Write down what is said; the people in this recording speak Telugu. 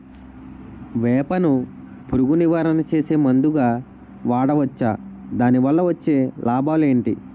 వేప ను పురుగు నివారణ చేసే మందుగా వాడవచ్చా? దాని వల్ల వచ్చే లాభాలు ఏంటి?